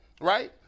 right